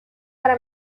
para